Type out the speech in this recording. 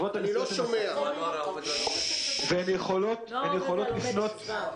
חברות הנסיעות הן עסקים והן יכולות לפנות